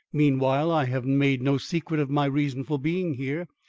meanwhile, i have made no secret of my reason for being here.